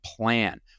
plan